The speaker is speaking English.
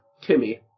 Timmy